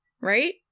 right